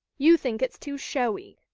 you think it's too showy.